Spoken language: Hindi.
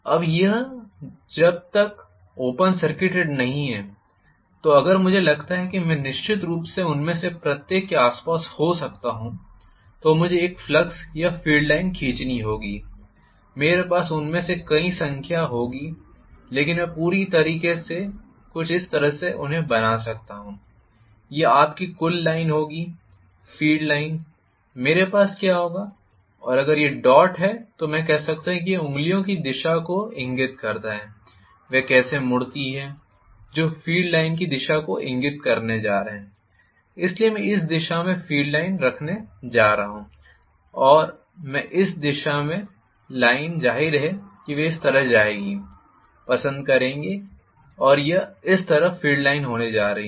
अब जब तक यह ओपन सर्किटेड नहीं है तो अगर मुझे लगता है कि मैं निश्चित रूप से उनमें से प्रत्येक के आसपास हो सकता हूं तो मुझे एक फ्लक्स या फ़ील्ड लाइन खींचनी होगी मेरे पास उनमें से कई संख्या होगी लेकिन पूरी तरह से मैं कुछ इस तरह से उन्हें बना सकता हूं यह आप की कुल लाइन होगी फ़ील्ड लाइन मेरे पास क्या होगा और अगर यह डॉट है तो मैं कह सकता हूं कि यह उंगलियों की किस दिशा को इंगित करता है वे कैसे मुड़ती हैं जो फ़ील्ड लाइन की दिशा को इंगित करने जा रहे हैं इसलिए मैं इस दिशा में फ़ील्ड लाइन रखने जा रहा हूं है इस दिशा में फ़ील्ड लाइन ज़ाहिर है वे इस तरह जाएँगी पसंद करेंगे यह है यह इस तरह फील्ड लाइनें होने जा रही है